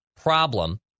problem